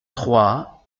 trois